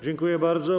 Dziękuję bardzo.